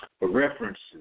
references